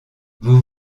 vous